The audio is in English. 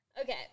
Okay